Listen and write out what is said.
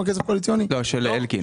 לא, של אלקין.